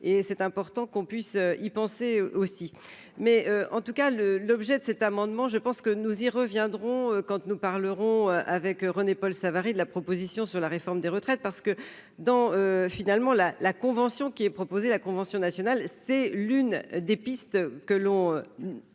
et c'est important qu'on puisse y penser aussi, mais en tout cas le l'objet de cet amendement, je pense que nous y reviendrons quand tu nous parlerons avec René-Paul Savary de la proposition sur la réforme des retraites parce que dans finalement la la convention qui est proposé, la convention nationale, c'est l'une des pistes que l'on